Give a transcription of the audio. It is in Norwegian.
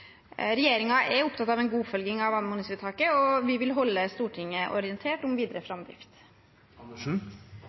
er opptatt av en god oppfølging av anmodningsvedtaket, og vi vil holde Stortinget orientert om videre framdrift.